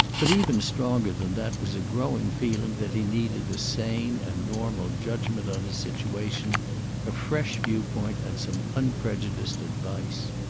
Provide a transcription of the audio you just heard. but even stronger than that was a growing feeling that he needed a sane and normal judgment on his situation a fresh viewpoint and some unprejudiced advice.